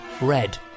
red